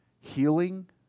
healing